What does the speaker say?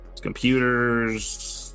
computers